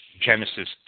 Genesis